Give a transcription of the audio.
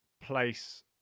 place